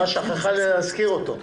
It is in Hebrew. נעה שכחה להזכיר אותו.